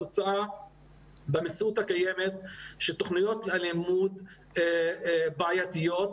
התוצאה במציאות הקיימת שתוכניות הלימוד בעיתיות.